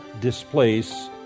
displace